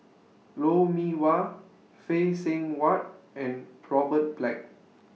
Lou Mee Wah Phay Seng Whatt and Robert Black